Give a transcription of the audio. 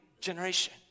generation